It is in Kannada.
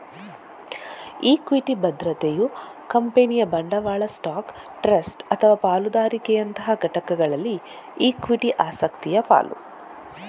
ಇಕ್ವಿಟಿ ಭದ್ರತೆಯು ಕಂಪನಿಯ ಬಂಡವಾಳ ಸ್ಟಾಕ್, ಟ್ರಸ್ಟ್ ಅಥವಾ ಪಾಲುದಾರಿಕೆಯಂತಹ ಘಟಕದಲ್ಲಿ ಇಕ್ವಿಟಿ ಆಸಕ್ತಿಯ ಪಾಲು